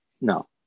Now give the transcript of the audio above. No